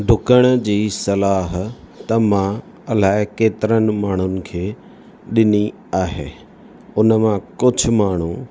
ॾुकण जी सलाह त मां इलाही केतिरनि माण्हूनि खे ॾिनी आहे उन मां कुझु माण्हू